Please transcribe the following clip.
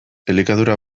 elikadura